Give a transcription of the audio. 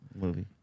movie